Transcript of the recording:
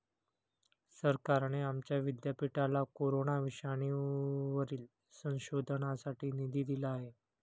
सरकारने आमच्या विद्यापीठाला कोरोना विषाणूवरील संशोधनासाठी निधी दिला आहे